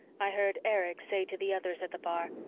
i heard erich say to the others at the bar,